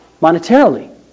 monetarily